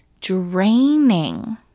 draining